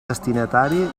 destinatari